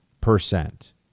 percent